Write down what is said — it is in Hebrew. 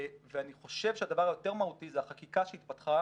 אני חושב שהדבר היותר מהותי זו החקיקה שהתפתחה